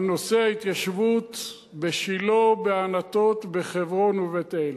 על נושא ההתיישבות בשילה, בענתות, בחברון ובית-אל.